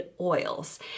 oils